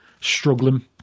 struggling